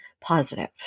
positive